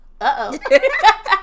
Uh-oh